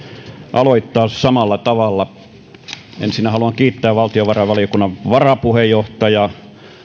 aloittaa samalla tavalla ensin haluan kiittää valtiovarainvaliokunnan varapuheenjohtajaa